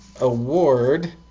award